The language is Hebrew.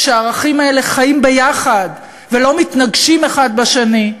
שהערכים האלה חיים בה ביחד ולא מתנגשים האחד בשני,